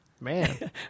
Man